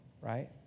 right